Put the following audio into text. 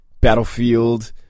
Battlefield